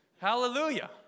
Hallelujah